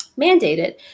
mandated